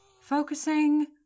Focusing